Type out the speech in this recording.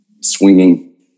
swinging